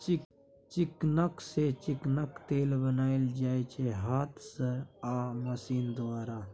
चिकना सँ चिकनाक तेल बनाएल जाइ छै हाथ सँ आ मशीन द्वारा